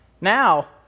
Now